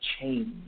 change